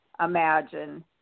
imagine